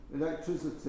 electricity